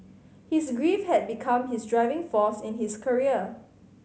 his grief had become his driving force in his career